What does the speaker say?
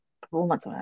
performance